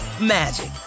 magic